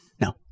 No